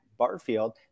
Barfield